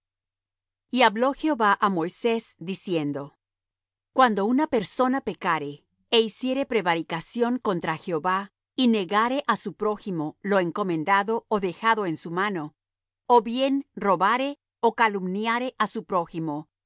y hablo jehová á moisés diciendo cuando una persona pecare é hiciere prevaricación contra jehová y negare á su prójimo lo encomendado ó dejado en su mano ó bien robare ó calumniare á su prójimo